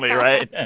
right?